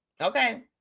Okay